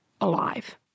alive